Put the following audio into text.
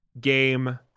game